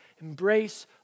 Embrace